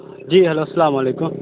جی hello السّلام علیکم